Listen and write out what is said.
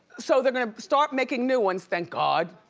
so they're gonna start making new ones thank god.